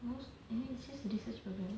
most and then it's just this year's program